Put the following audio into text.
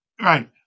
right